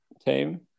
team